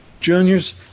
Juniors